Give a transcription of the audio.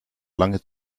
lange